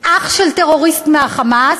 אח של טרוריסט מה"חמאס",